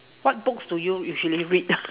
what books do you usually read